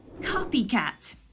copycat